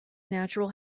natural